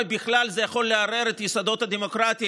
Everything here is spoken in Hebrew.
בכלל זה יכול לערער את יסודות הדמוקרטיה,